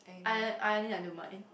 iron ironing I don't mind